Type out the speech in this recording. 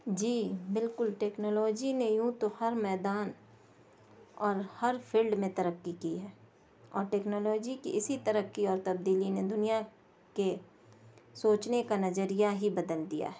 جی بالکل ٹیکنالوجی نے یوں تو ہر میدان اور ہر فلڈ میں ترقی کی ہے اور ٹیکنالوجی کی اسی ترقی اور تبدیلی نے دنیا کے سوچنے کا نظریہ ہی بدل دیا ہے